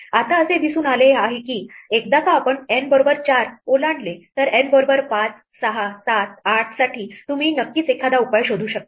आता असे दिसून आले आहे की एकदा का आपण N बरोबर 4 ओलांडले तर N बरोबर 5678 साठी तुम्ही नक्कीच एखादा उपाय शोधू शकता